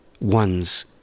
one's